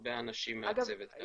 הרבה אנשים מהצוות כאן.